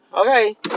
Okay